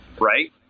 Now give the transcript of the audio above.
right